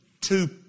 two